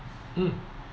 mm